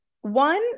One